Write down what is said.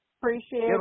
Appreciate